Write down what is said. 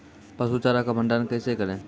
पसु चारा का भंडारण कैसे करें?